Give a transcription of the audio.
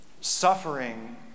suffering